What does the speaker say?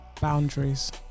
Boundaries